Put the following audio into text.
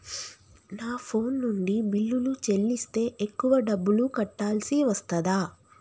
నా ఫోన్ నుండి బిల్లులు చెల్లిస్తే ఎక్కువ డబ్బులు కట్టాల్సి వస్తదా?